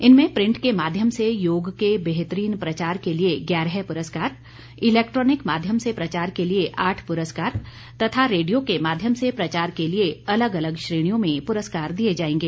इनमें प्रिन्ट के माध्यम से योग के बेहतरीन प्रचार के लिए ग्यारह पुरस्कार इलैक्ट्रोनिक माध्यम से प्रचार के लिए आठ पुरस्कार तथा रेडियो के माध्यम से प्रचार के लिए अलग अलग श्रेणियों में पुरस्कार दिए जाएंगे